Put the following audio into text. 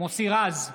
מוסי רז,